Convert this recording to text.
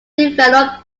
developed